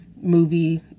movie